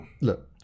look